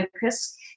focus